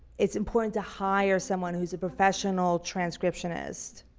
it's important to hire someone who's a professional transcriptionist,